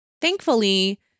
Thankfully